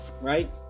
right